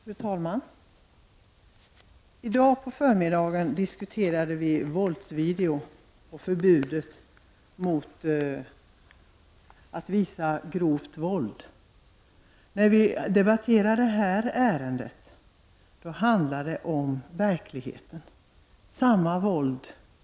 Fru talman! I dag på förmiddagen diskuterade vi våldsvideo och förbud mot att visa grovt våld i rörliga bilder. När vi debatterar det här ärendet handlar det om verkligheten.